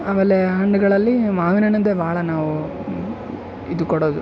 ಆಮೇಲೆ ಹಣ್ಗಳಲ್ಲಿ ಮಾವಿನ ಹಣ್ಣಿಂದೆ ಭಾಳ ನಾವು ಇದು ಕೊಡೋದು